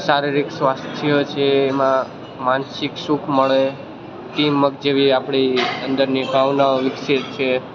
શારીરિક સ્વાસ્થ્ય છે એમાં માનસિક સુખ મળે તીન મક જેવી આપણી અંદરની ભાવનાઓ વિકસે છે